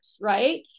right